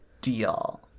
deal